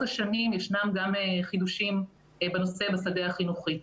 השנים יש גם חידושים בנושא בשדה החינוכי.